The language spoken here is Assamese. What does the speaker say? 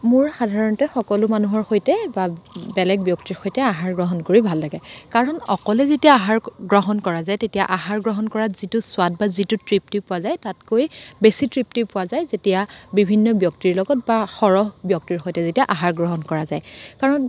মোৰ সাধাৰণতে সকলো মানুহৰ সৈতে বা বেলেগ ব্যক্তিৰ সৈতে আহাৰ গ্ৰহণ কৰি ভাল লাগে কাৰণ অকলে যেতিয়া আহাৰ গ্ৰহণ কৰা যায় তেতিয়া আহাৰ গ্ৰহণ কৰাত যিটো স্বাদ বা যিটো তৃপ্তি পোৱা যায় তাতকৈ বেছি তৃপ্তি পোৱা যায় যেতিয়া বিভিন্ন ব্যক্তিৰ লগত বা সৰহ ব্যক্তিৰ সৈতে যেতিয়া আহাৰ গ্ৰহণ কৰা যায় কাৰণ